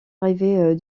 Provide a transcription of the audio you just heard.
arriver